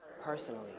Personally